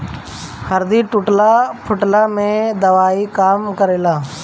हरदी टूटला फुटला में दवाई के काम करेला